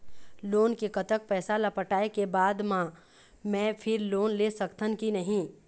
Loan के कतक पैसा ला पटाए के बाद मैं फिर लोन ले सकथन कि नहीं?